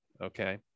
okay